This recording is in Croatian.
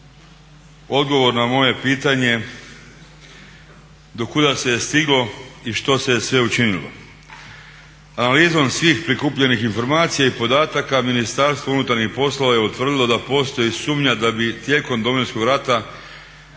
odgovor na moje pitanje do kuda se je stiglo i što se je sve učinilo. Ali izvan svih prikupljenih informacija i podataka Ministarstvo unutarnjih poslova je utvrdilo da postoji sumnja da bi tijekom Domovinskog rata